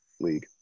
league